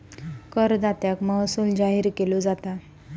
करदात्याक महसूल जाहीर केलो जाता